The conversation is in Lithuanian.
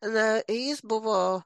na jis buvo